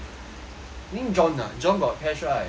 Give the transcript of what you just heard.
I think john ah john got cash right